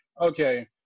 okay